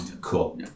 Cool